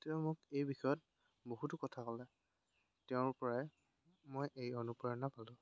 মোক এই বিষয়ত বহুতো কথা ক'লে তেওঁৰ পৰাই মই এই অনুপ্ৰেৰণা পালোঁ